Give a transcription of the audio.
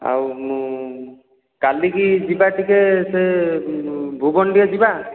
ଆଉ ମୁଁ କାଲି କି ଯିବା ଟିକେ ସେ ଭୁବନ ଟିକେ ଯିବା